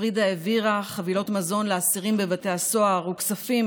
פרידה העבירה חבילות מזון לאסירים בבתי הסוהר וכספים